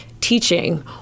teaching